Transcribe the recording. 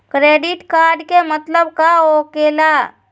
Credit card के मतलब का होकेला?